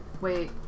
Wait